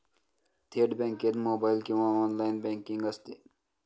थेट बँकेत मोबाइल किंवा ऑनलाइन बँकिंग असते